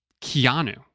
Keanu